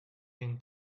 been